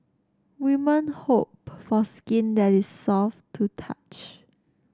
women hope for skin that is soft to touch